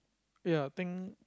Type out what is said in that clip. ya think